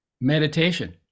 meditation